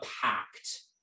packed